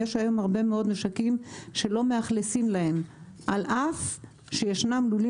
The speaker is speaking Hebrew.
יש היום הרבה מאוד משקים שלא מאכלסים להם על אף שישנם לולים